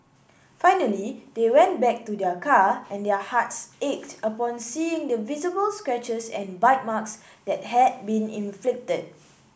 finally they went back to their car and their hearts ached upon seeing the visible scratches and bite marks that had been inflicted